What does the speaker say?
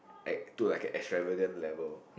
act to act like extravagant level